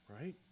Right